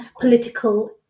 political